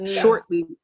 shortly